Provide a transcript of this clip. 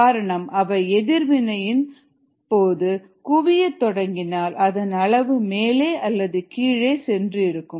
காரணம் அவை எதிர்வினை இன் பொழுது குவியத் தொடங்கினால் அதன் அளவு மேலே அல்லது கீழே சென்று இருக்கும்